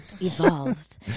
Evolved